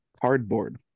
Cardboard